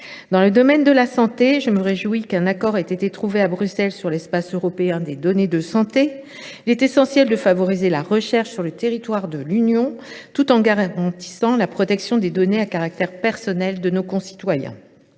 Dans le domaine de la santé, je me réjouis qu’un compromis ait été trouvé à Bruxelles sur l’espace européen des données de santé. Il est essentiel de favoriser la recherche sur le territoire européen, tout en garantissant la protection des données à caractère personnel de nos concitoyens.